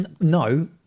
No